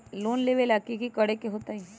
Loan लेबे ला की कि करे के होतई?